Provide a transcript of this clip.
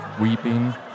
weeping